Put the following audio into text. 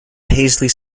paisley